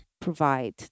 provide